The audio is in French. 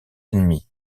ennemis